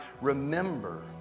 remember